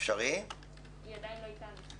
היא עדיין לא איתנו.